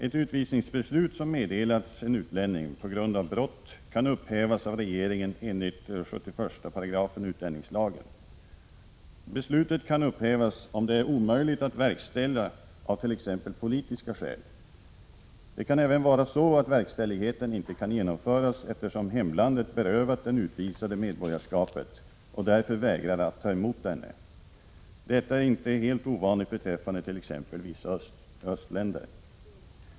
Ett utvisningsbeslut som meddelats en utlänning på grund av brott kan upphävas av regeringen enligt 71 § utlänningslagen . Beslutet kan upphävas om det är omöjligt att verkställa av t.ex. politiska skäl. Det kan även vara så att verkställigheten inte kan genomföras eftersom hemlandet berövat den utvisade medborgarskapet och därför vägrar att ta emot denna. Detta är inte helt ovanligt beträffande t.ex. vissa östländer.